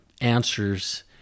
answers